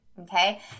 okay